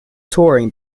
touring